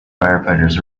firefighters